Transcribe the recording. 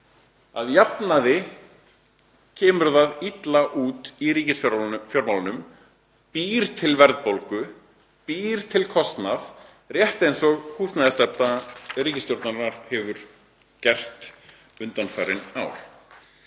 Að jafnaði kemur það illa út í ríkisfjármálunum, býr til verðbólgu, býr til kostnað, rétt eins og húsnæðisstefna ríkisstjórnarinnar hefur gert undanfarin ár.